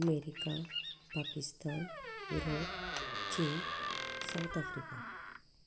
America Pakistan Europe चीन सावत Africa